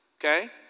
Okay